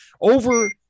over